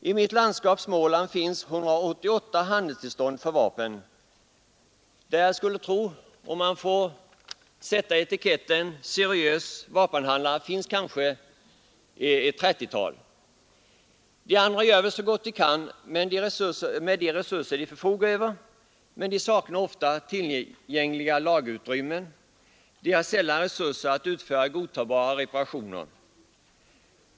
I mitt landskap, Småland, innehar 188 personer sådant handelstillstånd, och jag skulle tro att ett 30-tal av dem är seriösa vapenhandlare, om man får sätta den etiketten. De andra gör väl så gott de kan med de resurser de förfogar över, men de saknar ofta tillräckliga lagerutrymmen och de har sällan möjligheter att utföra godtagbara reparationer.